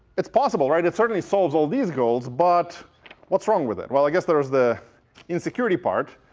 it's possible, right? it certainly solves all these goals, but what's wrong with it? well, i guess there's the insecurity part,